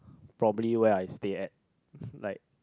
probably where I stay at like